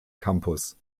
campus